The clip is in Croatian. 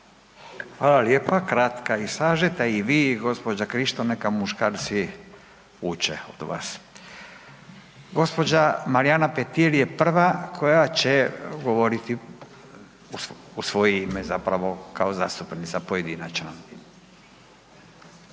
Fala lijepa. Kratka i sažeta i vi i gđa. Krišto, neka muškarci uče od vas. Gđa. Marijana Petir je prva koja će govoriti u svoje ime zapravo kao zastupnica pojedinačno.